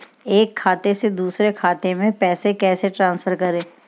एक खाते से दूसरे खाते में पैसे कैसे ट्रांसफर करें?